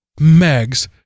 megs